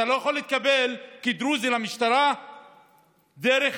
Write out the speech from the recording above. אתה לא יכול להתקבל כדרוזי למשטרה דרך